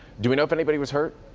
do we know if anybody was hurt?